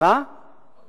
עוד